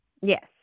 Yes